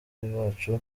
bacu